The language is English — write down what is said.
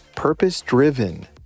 Purpose-driven